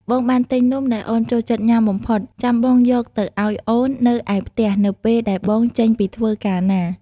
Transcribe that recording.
បងបានទិញនំដែលអូនចូលចិត្តញ៉ាំបំផុត ចាំបងយកទៅឱ្យអូននៅឯផ្ទះនៅពេលដែលបងចេញពីធ្វើការណា។